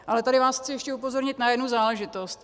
Ale tady vás chci ještě upozornit na jednu záležitost.